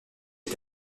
est